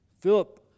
Philip